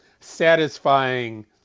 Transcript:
satisfying